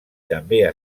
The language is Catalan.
també